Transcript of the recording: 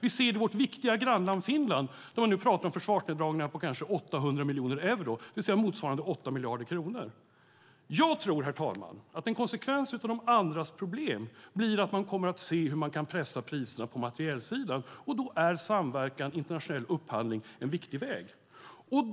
Vi ser det i vårt grannland Finland där man nu pratar om försvarsneddragningar på 800 miljoner euro, motsvarande 8 miljarder kronor. Jag tror att en konsekvens av de andras problem blir att man kommer att se hur man kan pressa priserna på materielsidan. Då är samverkan och internationell upphandling en viktig väg.